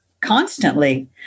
constantly